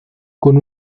con